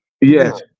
Yes